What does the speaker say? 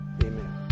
amen